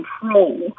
control